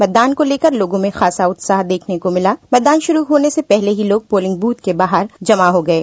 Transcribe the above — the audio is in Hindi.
मतदान को लेकर लोगो मे खास उत्साह देखने को मिला मतदान शुरू होने से पहले ही लोग पोलिंग बूथ के बाहर जमा हो गये